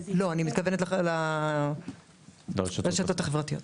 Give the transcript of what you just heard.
לא, אני מתכוונת לרשתות החברתיות.